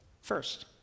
first